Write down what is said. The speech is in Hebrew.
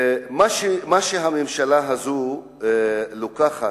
מה שהממשלה הזאת לוקחת,